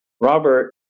Robert